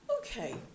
Okay